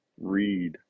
read